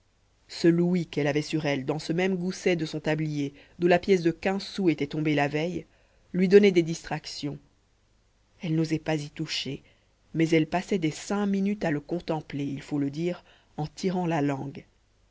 ce louis qu'elle avait sur elle dans ce même gousset de son tablier d'où la pièce de quinze sous était tombée la veille lui donnait des distractions elle n'osait pas y toucher mais elle passait des cinq minutes à le contempler il faut le dire en tirant la langue